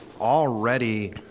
already